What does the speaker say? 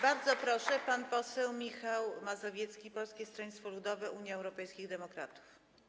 Bardzo proszę, pan poseł Michał Mazowiecki, Polskie Stronnictwo Ludowe - Unia Europejskich Demokratów.